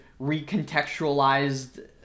recontextualized